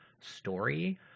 story